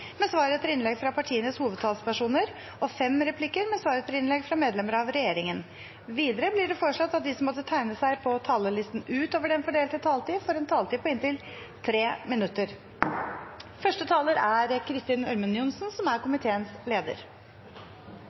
med svar etter innlegg fra partienes hovedtalspersoner og fem replikker med svar etter innlegg fra medlemmer av regjeringen. Videre vil de som måtte tegne seg på talerlisten utover den fordelte taletid, få en taletid på inntil 3 minutter. Gode oppvekstvilkår for barna våre er et prioritert område for regjeringen. En god politikk for familiene legger grunnlag for livskvalitet. Barn som